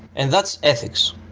and that's ethics.